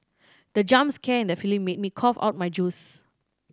the jump scare in the film made me cough out my juice